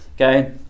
okay